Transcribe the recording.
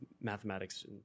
mathematics